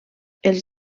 els